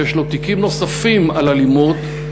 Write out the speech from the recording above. שיש לו תיקים נוספים על אלימות,